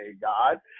God